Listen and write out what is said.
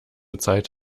zeit